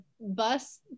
bus